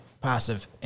passive